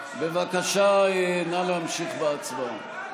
בבקשה, נא להמשיך בהצבעה.